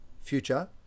future